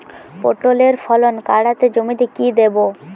পটলের ফলন কাড়াতে জমিতে কি দেবো?